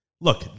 Look